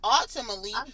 ultimately